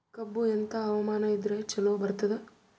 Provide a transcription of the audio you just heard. ಕಬ್ಬು ಎಂಥಾ ಹವಾಮಾನ ಇದರ ಚಲೋ ಬರತ್ತಾದ?